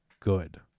Good